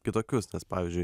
kitokius nes pavyzdžiui